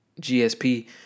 GSP